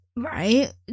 Right